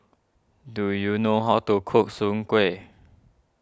do you know how to cook Soon Kuih